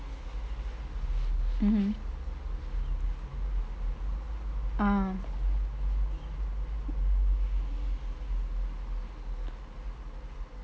mmhmm ah